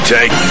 Take